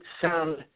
sound